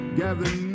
gather